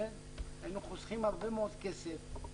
היינו חוסכים הרבה מאוד כסף,